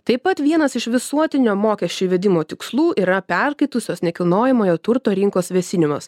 taip pat vienas iš visuotinio mokesčio įvedimo tikslų yra perkaitusios nekilnojamojo turto rinkos vėsinimas